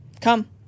come